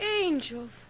angels